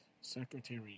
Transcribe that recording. Secretary